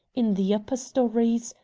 in the upper stories,